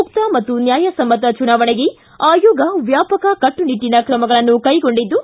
ಮುಕ್ತ ಮತ್ತು ನ್ಕಾಯಸಮ್ಮತ ಚುನಾವಣೆಗೆ ಆಯೋಗ ವ್ಯಾಪಕ ಕಟ್ಟುನಿಟ್ಟನ ಕ್ರಮಗಳನ್ನು ಕೈಗೊಂಡಿದ್ದು